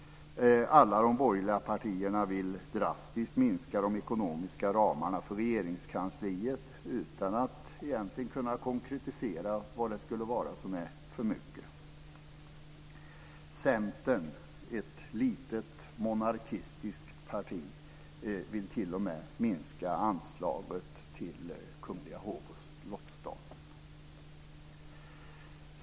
Alla de borgerliga partierna vill drastiskt minska de ekonomiska ramarna för Regeringskansliet, utan att konkretisera vad det skulle vara som är för mycket. minska anslaget till Kungliga hov och slottsstaten.